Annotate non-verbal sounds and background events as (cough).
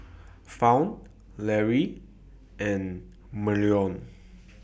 Fount Lary and (unintelligible)